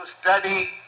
study